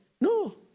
No